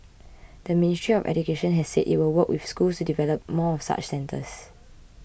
the Ministry of Education has said it will work with schools to develop more such centres